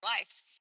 Lives